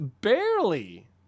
barely